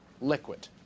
liquid